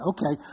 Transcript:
Okay